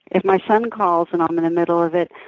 if my son calls and i'm in the middle of it,